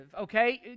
Okay